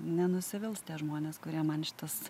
nenusivils tie žmonės kurie man šitas